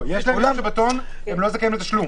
לא, יש להם שבתון, הם לא זכאים לתשלום.